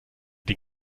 den